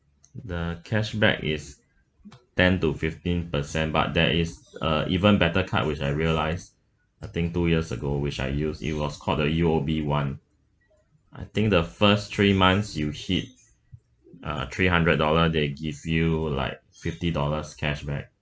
the cashback is ten to fifteen percent but there is uh even better card which I realise I think two years ago which I use it was called the U_O_B one I think the first three months you hit uh three hundred dollar they give you like fifty dollars cashback